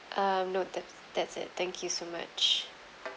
um no that's that's it thank you so much